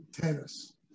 tennis